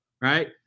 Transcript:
Right